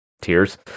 tears